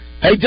Hey